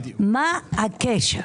מה הקשר?